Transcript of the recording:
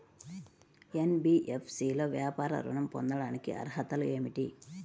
NBFC లో వ్యాపార ఋణం పొందటానికి అర్హతలు ఏమిటీ?